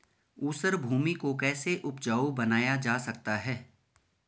ऊसर भूमि को कैसे उपजाऊ बनाया जा सकता है?